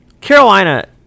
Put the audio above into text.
Carolina